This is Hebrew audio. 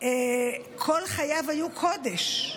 כל חייו היו קודש.